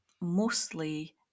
mostly